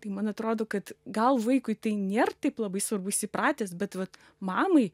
tai man atrodo kad gal vaikui tai nėr taip labai svarbu jis įpratęs bet vat mamai